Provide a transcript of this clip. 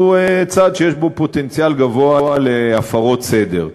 הוא צעד שיש בו פוטנציאל גבוה להפרות סדר.